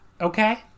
okay